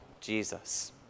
Jesus